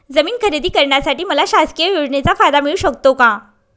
जमीन खरेदी करण्यासाठी मला शासकीय योजनेचा फायदा मिळू शकतो का?